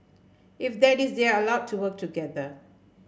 if that is they are allowed to work together